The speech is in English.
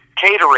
catering